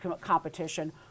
competition